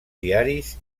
diaris